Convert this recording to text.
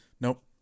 Nope